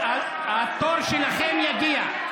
חכו.) התור שלכם יגיע.